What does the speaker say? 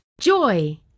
joy